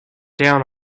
down